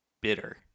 bitter